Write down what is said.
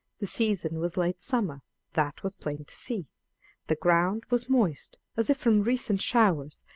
the season was late summer that was plain to see the ground was moist, as if from recent showers,